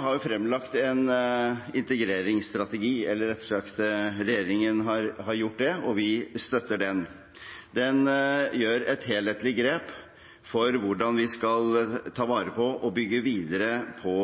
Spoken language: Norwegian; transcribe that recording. har fremlagt en integreringsstrategi, og vi støtter den. Den tar et helhetlig grep om hvordan vi skal ta vare på og bygge videre på